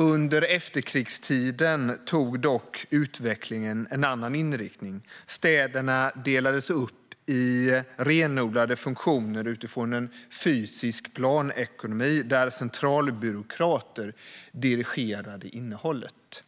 Under efterkrigstiden tog dock utvecklingen en annan riktning: Städerna delades upp i renodlade funktioner utifrån en fysisk planekonomi där centralbyråkrater dirigerade innehållet.